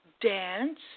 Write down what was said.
dance